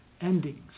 endings